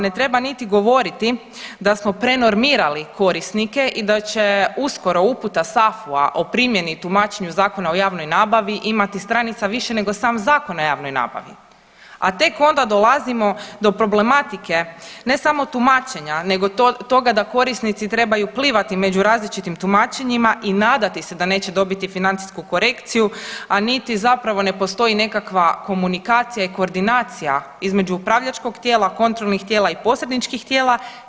Ne treba niti govoriti da smo prenormirali korisnike i da će uskoro uputa SAFU-a o primjeni i tumačenju Zakona o javnoj nabavi imati stranica više nego sam Zakon o javnoj nabavi, a tek onda dolazimo do problematike ne samo tumačenja nego toga da korisnici trebaju plivati među različitim tumačenjima i nadati se da neće dobiti financijsku korekciju, a niti zapravo ne postoji nekakva komunikacija i koordinacija između upravljačkog tijela, kontrolnih tijela i posredničkih tijela.